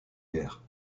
guerre